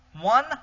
One